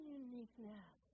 uniqueness